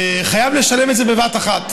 חייב לשלם את זה בבת אחת.